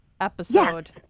episode